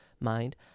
mind